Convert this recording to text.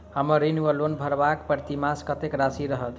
हम्मर ऋण वा लोन भरबाक प्रतिमास कत्तेक राशि रहत?